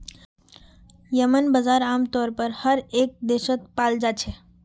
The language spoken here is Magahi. येम्मन बजार आमतौर पर हर एक देशत पाल जा छे